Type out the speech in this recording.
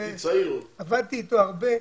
עבדתי אתו הרבה.